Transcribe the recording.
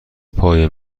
پای